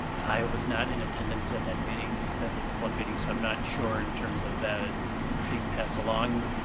i was not in attendance at that meeting, because i was at the flood meeting, so i'm not sure in terms of that being passed along.